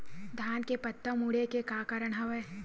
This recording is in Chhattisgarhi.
धान के पत्ता मुड़े के का कारण हवय?